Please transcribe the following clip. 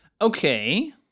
Okay